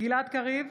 גלעד קריב,